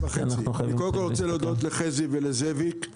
אני קודם כל רוצה להודות לחזי ולזאביק,